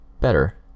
Better